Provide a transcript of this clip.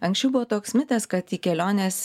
anksčiau buvo toks mitas kad į keliones